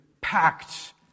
packed